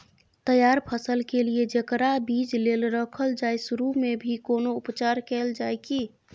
तैयार फसल के लिए जेकरा बीज लेल रखल जाय सुरू मे भी कोनो उपचार कैल जाय की?